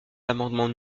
l’amendement